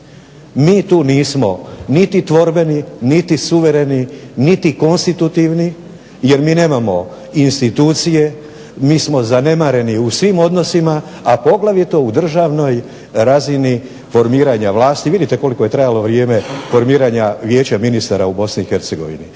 Mi tu nismo niti tvorbeni, niti suvereni, niti konstitutivni jer mi nemamo institucije, mi smo zanemareni u svim odnosima, a poglavito u državnoj razini formiranja vlasti. Vidite koliko je trajalo vrijeme formiranja Vijeća ministara u BiH.